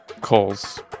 calls